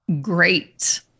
great